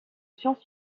science